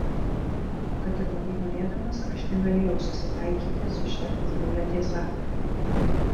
kad ir labai norėdamas aš negalėjau susitaikyti su šia užgaulia tiesa